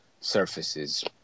surfaces